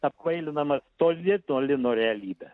apkvailinamas toli toli nuo realybė